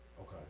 Okay